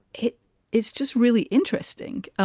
it it's just really interesting.